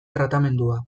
tratamendua